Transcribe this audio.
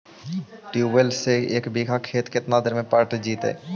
Tubewell से एक बिघा खेत केतना देर में पटैबए जितै?